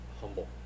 humble